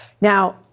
Now